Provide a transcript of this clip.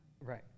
right